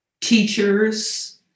teachers